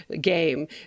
game